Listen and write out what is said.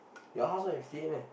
your house don't have fifty eight meh